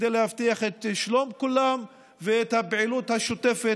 כדי להבטיח את שלום כולם ואת הפעילות השוטפת,